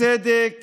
הצדק